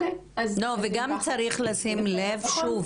וגם צריך לשים לב שוב --- אוקיי,